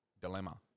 dilemma